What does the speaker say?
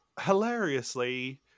hilariously